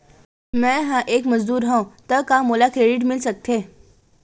मैं ह एक मजदूर हंव त का मोला क्रेडिट मिल सकथे?